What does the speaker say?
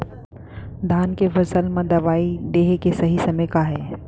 धान के फसल मा दवई देहे के सही समय का हे?